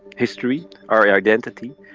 history, our identity.